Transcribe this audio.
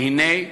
והנה,